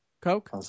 Coke